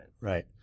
Right